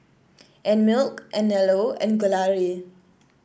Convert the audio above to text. Einmilk Anello and Gelare